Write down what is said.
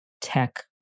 tech